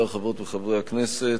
חברי כנסת,